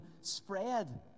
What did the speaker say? spread